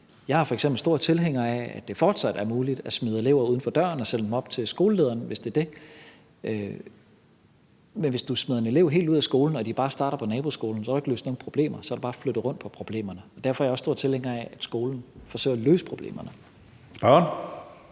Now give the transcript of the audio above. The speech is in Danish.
Jeg er f.eks. stor tilhænger af, at det fortsat er muligt at smide elever uden for døren og sende dem op til skolelederen, hvis det er det. Men hvis du smider en elev helt ud af skolen og de bare starter på naboskolen, har du jo ikke løst nogen problemer, så har du bare flyttet rundt på problemerne. Derfor er jeg også stor tilhænger af, at skolen forsøger at løse problemerne.